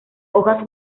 hojas